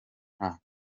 nta